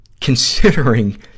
considering